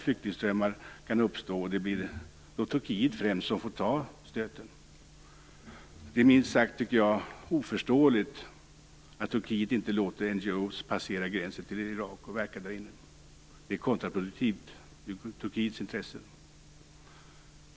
Flyktingströmmar kan uppstå, och det blir då Turkiet som främst får ta stöten. Jag tycker det är minst sagt oförståeligt att Turkiet inte låter NGO:er passera gränsen till Irak och verka där inne. Det är kontraproduktivt för Turkiets intressen.